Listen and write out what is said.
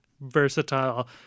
versatile